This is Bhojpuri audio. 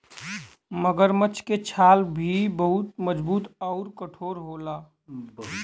मगरमच्छ के छाल भी बहुते मजबूत आउर कठोर होला